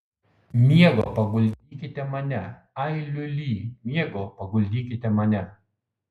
miego paguldykite mane ai liuli miego paguldykite mane